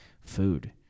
food